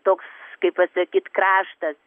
toks kaip pasakyt kraštas